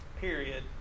period